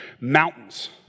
mountains